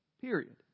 period